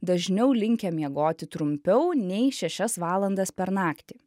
dažniau linkę miegoti trumpiau nei šešias valandas per naktį